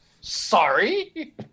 Sorry